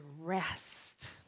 rest